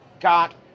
got